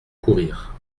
courir